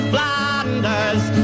Flanders